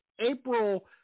April